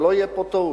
שלא תהיה פה טעות.